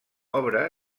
obra